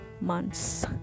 months